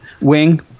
wing